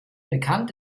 bekannt